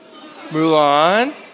Mulan